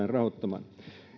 rahoittamaan